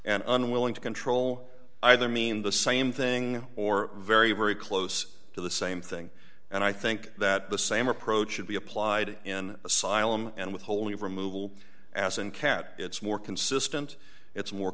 and unwilling to control either mean the same thing or very very close to the same thing and i think that the same approach should be applied in asylum and withholding of removal ason cat it's more consistent it's more